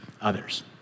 others